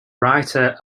writer